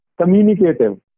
communicative